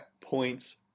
points